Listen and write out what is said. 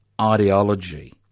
ideology